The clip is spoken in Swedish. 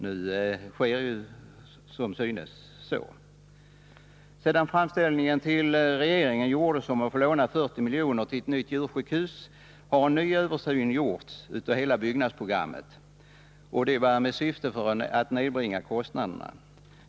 Som synes gör det det. Sedan framställningen till regeringen gjordes om att få låna 40 milj.kr. till ett nytt djursjukhus har en ny översyn gjorts av hela byggnadsprogrammet med syfte att nedbringa kostnaderna.